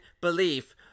belief